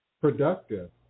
productive